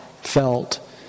felt